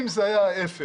אם זה היה ההיפך,